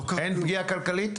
אין פגיעה כלכלית?